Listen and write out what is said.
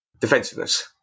Defensiveness